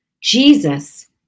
Jesus